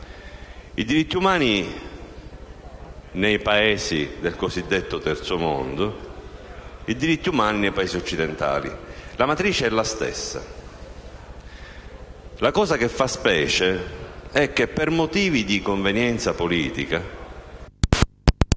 i diritti umani nei Paesi del cosiddetto terzo mondo e i diritti umani dei Paesi occidentali. La matrice è la stessa. La cosa che fa specie è che per motivi di convenienza politica